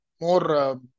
more